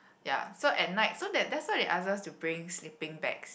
ya so at night so that that's why they ask us to bring sleeping bags